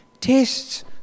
tests